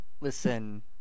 Listen